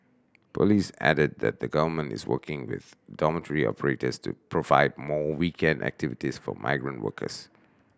police added that the Government is working with dormitory operators to provide more weekend activities for migrant workers